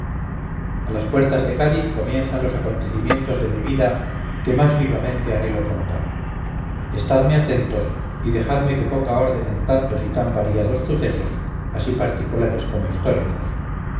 a las puertas de cádiz comienzan los acontecimientos de mi vida que más vivamente anhelo contar estadme atentos y dejadme que ponga orden en tantos y tan variados sucesos así particulares como históricos